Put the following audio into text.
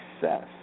success